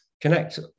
connect